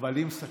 אבל היא מסכמת.